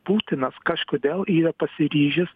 putinas kažkodėl yra pasiryžęs